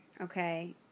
okay